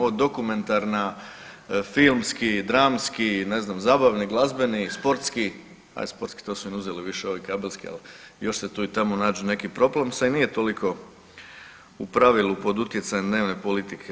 Ovo dokumentarna, filmski, dramski, ne znam zabavni, glazbeni, sportski, ajd sportski to su im uzeli više ovi kabelski, al još se tu i tamo nađu neki …/nerazumljivo/… a i nije toliko u pravilu pod utjecajem dnevne politike.